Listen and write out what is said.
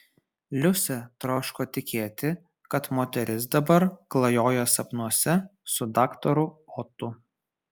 liusė troško tikėti kad moteris dabar klajoja sapnuose su daktaru otu